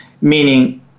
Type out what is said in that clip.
meaning